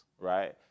right